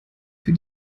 für